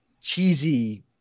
cheesy